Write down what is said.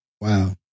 Wow